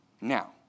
now